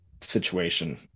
situation